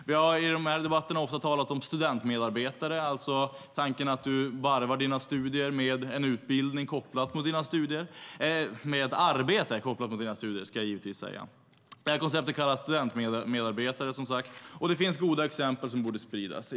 Vi har i de här debatterna ofta talat om studentmedarbetare, alltså tanken att du varvar dina studier med ett arbete som är kopplat till dina studier. Det här konceptet kallas studentmedarbetare, som sagt. Det finns goda exempel som borde spridas.